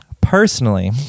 Personally